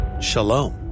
Shalom